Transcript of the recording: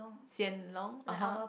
Hsien Loong (uh huh)